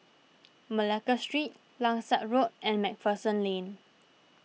Malacca Street Langsat Road and MacPherson Lane